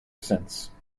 since